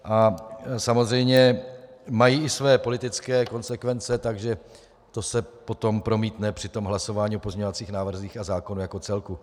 A samozřejmě mají i své politické konsekvence, takže to se potom promítne při tom hlasování o pozměňovacích návrzích a zákonu jako celku.